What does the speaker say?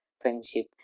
Friendship